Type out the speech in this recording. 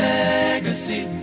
legacy